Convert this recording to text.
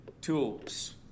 tools